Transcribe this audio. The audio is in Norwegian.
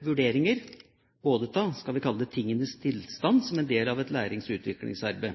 vurderinger av – skal vi kalle det – tingenes tilstand som en del av et lærings- og utviklingsarbeid.